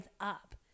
up